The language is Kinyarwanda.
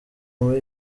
muri